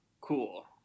cool